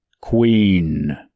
Queen